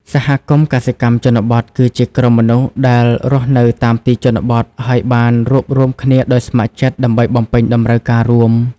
សហគមន៍កសិកម្មជនបទ គឺជាក្រុមមនុស្សដែលរស់នៅតាមទីជនបទ ហើយបានរួបរួមគ្នាដោយស្ម័គ្រចិត្តដើម្បីបំពេញតម្រូវការរួម។